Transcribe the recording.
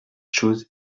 chose